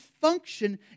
function